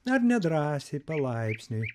dar nedrąsiai palaipsniui